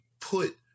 put